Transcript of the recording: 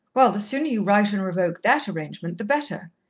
well, the sooner you write and revoke that arrangement, the better.